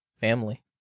family